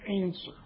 answer